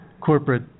corporate